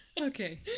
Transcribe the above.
Okay